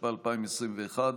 התשפ"א 2021,